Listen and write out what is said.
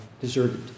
deserted